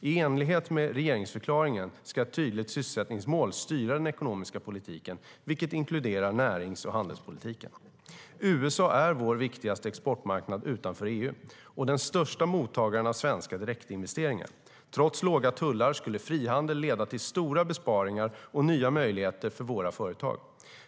I enlighet med regeringsförklaringen ska ett tydligt sysselsättningsmål styra den ekonomiska politiken, vilket inkluderar närings och handelspolitiken. USA är vår viktigaste exportmarknad utanför EU och den största mottagaren av svenska direktinvesteringar. Trots låga tullar skulle frihandel leda till stora besparingar och nya möjligheter för våra företag.